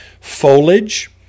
foliage